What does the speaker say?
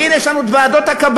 והנה יש לנו ועדות הקבלה,